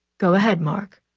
go ahead mark.